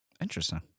Interesting